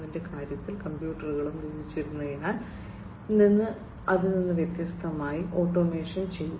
0 യുടെ കാര്യത്തിൽ കമ്പ്യൂട്ടറുകളും ഉപയോഗിച്ചിരുന്നതിൽ നിന്ന് വ്യത്യസ്തമായി ഓട്ടോമേഷൻ ചെയ്തു